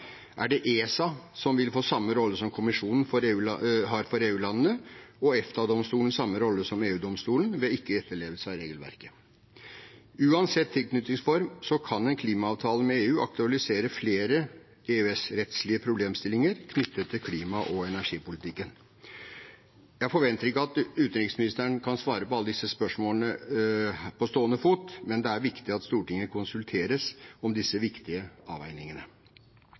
Er det ESA som vil få samme rolle som kommisjonen for EU-landene, og EFTA-domstolen samme rolle som EU-domstolen ved ikke-etterlevelse av regelverket? Uansett tilknytningsform kan en klimaavtale med EU aktualisere flere EØS-rettslige problemstillinger knyttet til klima- og energipolitikken. Jeg forventer ikke at utenriksministeren kan svare på alle disse spørsmålene på stående fot, men det er viktig at Stortinget konsulteres om disse viktige avveiningene.